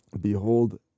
Behold